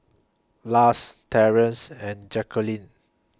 Lars Terrance and Jacqueline